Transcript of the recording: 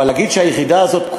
אבל להגיד שהיחידה הזאת,